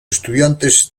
estudiantes